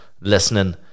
listening